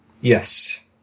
Yes